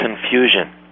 confusion